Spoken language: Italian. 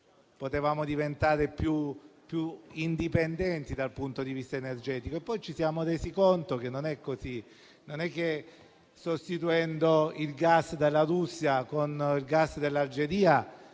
potevamo diventare più indipendenti dal punto di vista energetico e poi ci siamo resi conto che non è così. Non si risolvono i problemi sostituendo il gas della Russia con il gas dell'Algeria